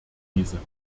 diese